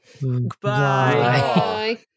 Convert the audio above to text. goodbye